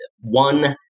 one